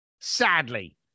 sadly